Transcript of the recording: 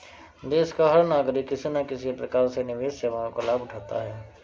देश का हर नागरिक किसी न किसी प्रकार से निवेश सेवाओं का लाभ उठाता है